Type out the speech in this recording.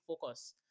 focus